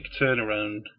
turnaround